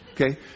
Okay